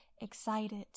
excited